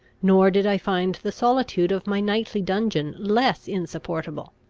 nor did i find the solitude of my nightly dungeon less insupportable.